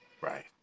Right